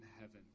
heaven